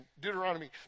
Deuteronomy